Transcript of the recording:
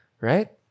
right